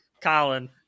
Colin